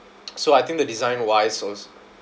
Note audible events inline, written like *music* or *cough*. *noise* so I think the design wise also